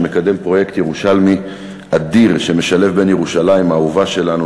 שמקדם פרויקט ירושלמי אדיר שמשלב בין ירושלים האהובה שלנו,